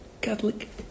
Catholic